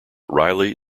riley